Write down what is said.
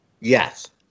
Yes